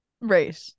right